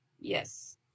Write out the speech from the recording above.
Yes